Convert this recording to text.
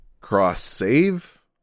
cross-save